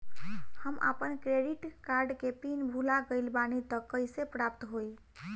हम आपन credit card के पिन भुला गइल बानी त कइसे प्राप्त होई?